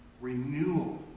renewal